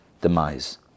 demise